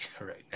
right